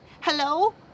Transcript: Hello